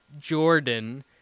Jordan